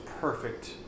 perfect